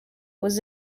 was